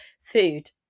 Food